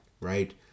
Right